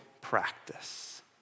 practice